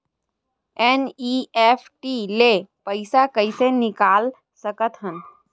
NEFT ले पईसा कइसे निकाल सकत हन?